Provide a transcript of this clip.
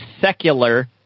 Secular